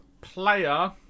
player